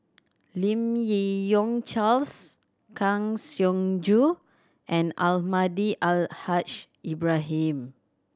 Lim Yi Yong Charles Kang Siong Joo and Almahdi Al Haj Ibrahim